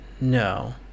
no